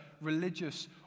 religious